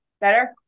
Better